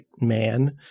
man